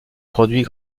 produits